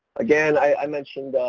again, i mentioned